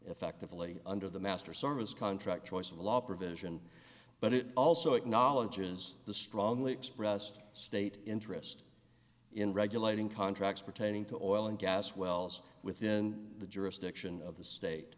effectively under the master service contract choice of law provision but it also acknowledges the strongly expressed state interest in regulating contracts pertaining to oil and gas wells within the jurisdiction of the state